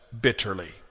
bitterly